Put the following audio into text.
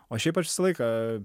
o šiaip aš visą laiką